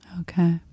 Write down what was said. okay